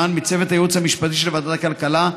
מצוות הייעוץ המשפטי של ועדת הכלכלה,